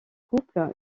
couple